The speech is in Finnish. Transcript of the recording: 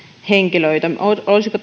olisiko